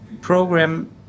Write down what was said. program